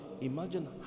imagine